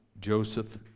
Joseph